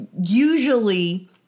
usually